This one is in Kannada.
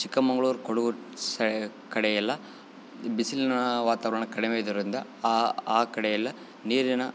ಚಿಕ್ಕಮಂಗ್ಳೂರು ಕೊಡಗು ಸೈ ಕಡೆ ಎಲ್ಲ ಬಿಸಿಲಿನ ವಾತಾವರಣ ಕಡಿಮೆ ಇದರಿಂದ ಆ ಕಡೆ ಎಲ್ಲ ನೀರಿನ